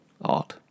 Art